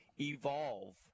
evolve